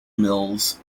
mills